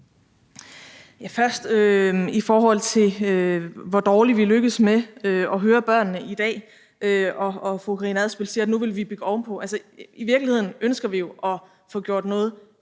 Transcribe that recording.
med hensyn til hvor dårligt vi lykkes med at høre børnene i dag, og det, fru Karina Adsbøl siger, om, at vi nu vil bygge ovenpå, sige: I virkeligheden ønsker vi jo at få gjort noget